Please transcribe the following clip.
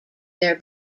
their